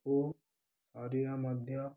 କୁ ଶରୀର ମଧ୍ୟ